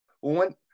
one